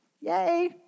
Yay